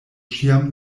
ĉiam